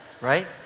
Right